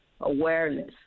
awareness